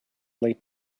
late